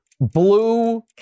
blue